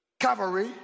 Cavalry